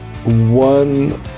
one